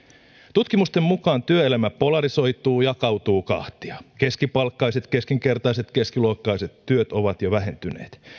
tutkimusten mukaan työelämä polarisoituu jakautuu kahtia keskipalkkaiset keskinkertaiset keskiluokkaiset työt ovat jo vähentyneet